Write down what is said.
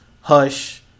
Hush